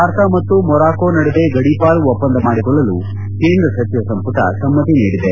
ಭಾರತ ಮತ್ತು ಮೊರಾಕೋ ನಡುವೆ ಗಡಿಪಾರು ಒಪ್ಪಂದ ಮಾಡಿಕೊಳ್ಳಲು ಕೇಂದ್ರ ಸಚಿವ ಸಂಪುಟ ಸಮ್ಮತಿ ನೀಡಿದೆ